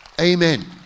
amen